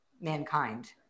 mankind